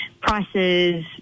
prices